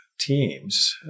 teams